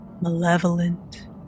malevolent